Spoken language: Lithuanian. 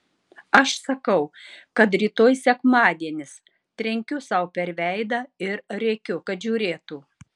aš sakau kad rytoj sekmadienis trenkiu sau per veidą ir rėkiu kad žiūrėtų